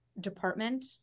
department